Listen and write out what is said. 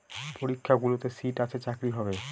পরীক্ষাগুলোতে সিট আছে চাকরি হবে